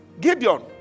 Gideon